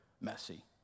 messy